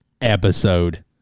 episode